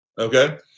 Okay